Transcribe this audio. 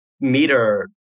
meter